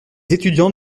étudiants